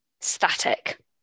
static